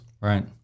Right